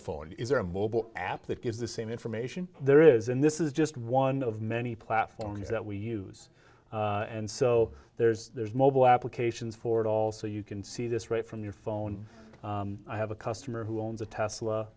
phone or a mobile app that gives the same information there is and this is just one of many platforms that we use and so there's there's mobile applications for it all so you can see this right from your phone i have a customer who owns a tesla